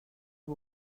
pas